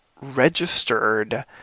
registered